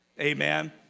Amen